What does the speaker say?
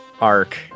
arc